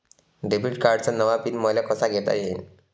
Debit कार्डचा नवा PIN मले कसा घेता येईन?